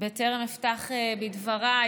בטרם אפתח בדבריי,